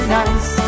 nice